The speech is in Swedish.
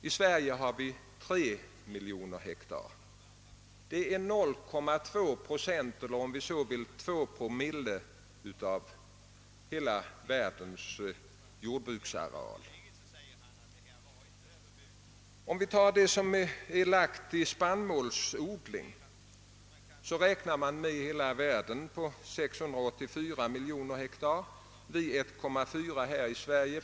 I Sverige har vi 3 miljoner hektar; det är 0,2 procent eller, om vi så vill, 2 promille av hela världens jordbruksareal. När det gäller spannmålsodling räknar man i hela världen med 684 miljoner hektar, medan vi i Sverige har 1,4 miljoner hektar.